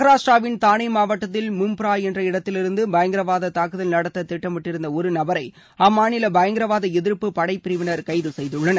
மகாராஷ்டிராவின் தானே மாவட்டத்தில் மும்ப்ரா என்ற இடத்திலிருந்து பயங்கரவாத தாக்குதல் நடத்த திட்டமிட்டிருந்த ஒரு நபரை அம்மாநில பயங்கரவாத எதிர்ப்பு படைப்பிரிவினர் கைது செய்துள்ளனர்